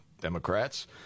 democrats